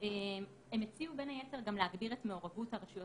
הם הציעו בין היתר גם להגדיל את מעורבות הרשויות